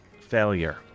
failure